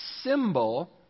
symbol